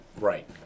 Right